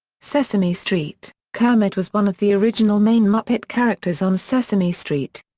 sesame street kermit was one of the original main muppet characters on sesame street.